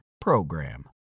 PROGRAM